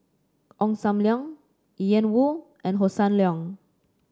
Ong Sam Leong Ian Woo and Hossan Leong